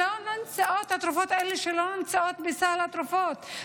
והתרופות האלה לא נמצאות בסל התרופות,